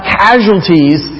casualties